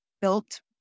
built